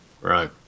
Right